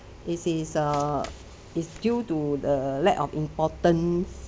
it is uh it's due to the lack of importance